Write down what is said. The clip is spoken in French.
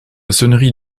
sonnerie